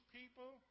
people